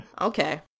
Okay